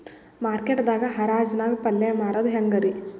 Market ದಾಗ್ ಹರಾಜ್ ನಾಗ್ ಪಲ್ಯ ಮಾರುದು ಹ್ಯಾಂಗ್ ರಿ?